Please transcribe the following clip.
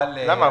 למה?